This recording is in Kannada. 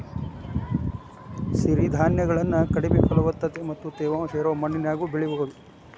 ಸಿರಿಧಾನ್ಯಗಳನ್ನ ಕಡಿಮೆ ಫಲವತ್ತತೆ ಮತ್ತ ತೇವಾಂಶ ಇರೋ ಮಣ್ಣಿನ್ಯಾಗು ಬೆಳಿಬೊದು